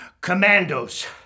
Commandos